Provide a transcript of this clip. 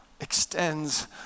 extends